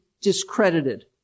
discredited